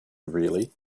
really